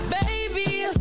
baby